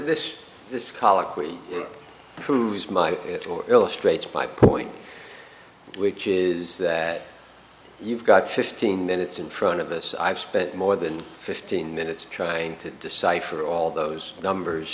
this this colloquy proves my it or illustrates my point which is that you've got fifteen minutes in front of us i've spent more than fifteen minutes trying to decipher all those numbers